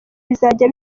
bizajya